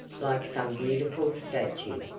like some beautiful statue,